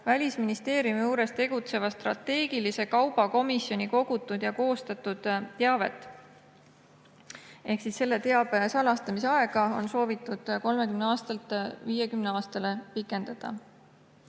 Välisministeeriumi juures tegutseva strateegilise kauba komisjoni kogutud ja koostatud teabe [kaitset]. Ehk siis selle teabe salastamise aega on soovitud pikendada